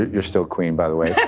you are still queen by the way. yeah